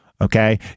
Okay